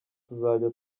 tuzajya